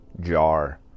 jar